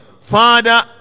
father